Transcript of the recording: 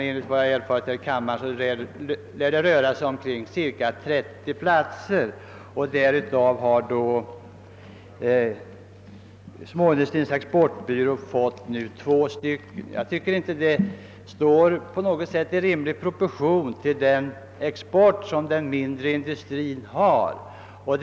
Enligt vad jag erfarit här i kammaren, lär det röra sig om ca 30 platser, av vilka småindustrins exportbyrå har fått två. Detta står inte. på något sätt i rimlig proportion till den: export som den mindre industrin bedriver.